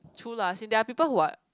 true lah since there are people who are